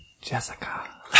Jessica